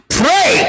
pray